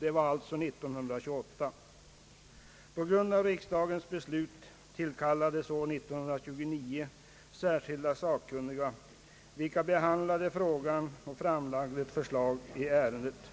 Det var alltså 1928. På grund av riksdagens beslut tillkallades år 1929 särskilda sakkunniga vilka behandlade frågan och framlade ett förslag i ärendet.